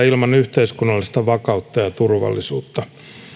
ilman yhteiskunnallista vakautta ja turvallisuutta